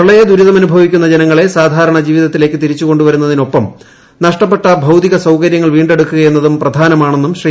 പ്രളയ ദുരിതമനുഭ വിക്കുന്ന് ജനങ്ങളെ സാധ്ാരണ ജീവിത്തിലേക്ക് തിരിച്ചുകൊണ്ടുവരുന്ന തിനൊപ്പം നഷ്ടപ്പെട്ട ഭൌതിക സൌകര്യങ്ങൾ വീണ്ടെടുക്കുകയെന്നതും പ്രധാനമാണെന്നും ശ്രീ